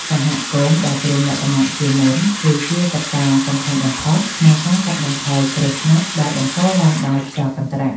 សហគមន៍ដែលត្រៀមលក្ខណៈជាមុន គឺជាកត្តាសំខាន់បំផុតក្នុងការកាត់បន្ថយគ្រោះថ្នាក់ដែលបង្កឡើងដោយខ្យល់កន្ត្រាក់។